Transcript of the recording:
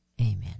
Amen